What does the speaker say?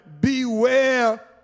beware